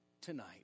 tonight